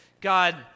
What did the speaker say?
God